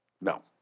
No